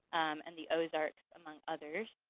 and the ozarks, among others.